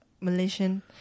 Malaysian